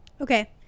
Okay